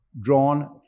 drawn